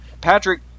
Patrick